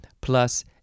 plus